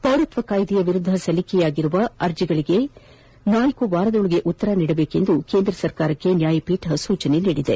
ಪೌರತ್ವ ಕಾಯ್ದೆಯ ವಿರುದ್ದ ಸಲ್ಲಿಸಲಾಗಿರುವ ಅರ್ಜಿಗಳಿಗೆ ನಾಲ್ಕು ವಾರಗಳೊಳಗೆ ಉತ್ತರಿಸುವಂತೆ ಕೇಂದ್ರ ಸರ್ಕಾರಕ್ಕೆ ನ್ಯಾಯಪೀಠ ಸೂಚಿಸಿದೆ